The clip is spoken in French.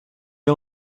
est